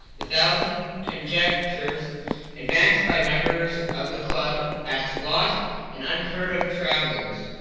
the thousand conjectures advanced by members of the club as to lost and unheard-of travellers,